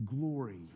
glory